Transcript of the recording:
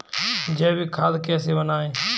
जैविक खाद कैसे बनाएँ?